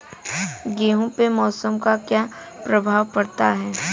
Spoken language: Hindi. गेहूँ पे मौसम का क्या प्रभाव पड़ता है?